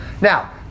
Now